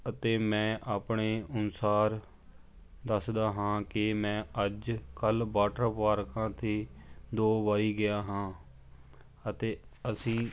ਅਤੇ ਮੈਂ ਆਪਣੇ ਅਨੁਸਾਰ ਦੱਸਦਾ ਹਾਂ ਕਿ ਮੈਂ ਅੱਜ ਕੱਲ੍ਹ ਵਾਟਰ ਪਾਰਕਾਂ 'ਤੇ ਦੋ ਵਾਰੀ ਗਿਆ ਹਾਂ ਅਤੇ ਅਸੀਂ